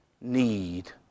need